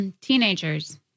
teenagers